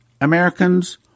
Americans